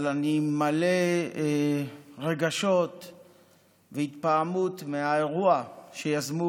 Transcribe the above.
אבל אני מלא רגשות והתפעמות מהאירוע שיזמו